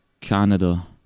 Canada